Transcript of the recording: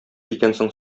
икәнсең